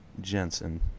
Jensen